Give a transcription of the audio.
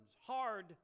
hard